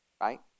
right